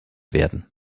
werden